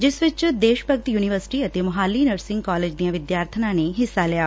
ਜਿਸ ਵਿਚ ਦੇਸ਼ ਭਗਤ ਯੂਨੀਵਰਸਿਟੀ ਅਤੇ ਮੋਹਾਲੀ ਨਰਸਿੰਗ ਕਾਲਜ ਦੀਆਂ ਵਿਦਿਆਰਬਣਾਂ ਨੇ ਹਿੱਸਾ ਲਿਆ